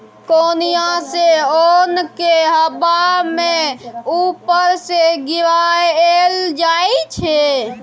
कोनियाँ सँ ओन केँ हबा मे उपर सँ गिराएल जाइ छै